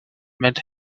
made